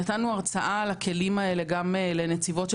נתנו הרצאה על הכלים האלה גם לנציבות של